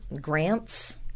grants